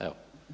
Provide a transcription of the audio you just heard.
Evo.